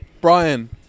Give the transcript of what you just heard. Brian